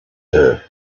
her